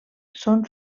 són